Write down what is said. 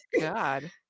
God